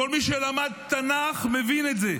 כל מי שלמד תנ"ך מבין את זה.